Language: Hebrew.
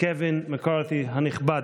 קווין מקארתי הנכבד.